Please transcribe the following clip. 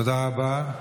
תודה רבה.